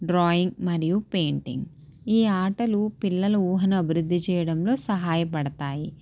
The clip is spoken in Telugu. డ్రాయింగ్ మరియు పెయింటింగ్ ఈ ఆటలు పిల్లల ఊహను అభివృద్ధి చేయడంలో సహాయపడతాయి